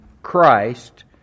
Christ